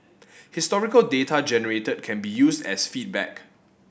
historical data generated can be used as feedback